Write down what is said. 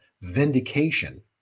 vindication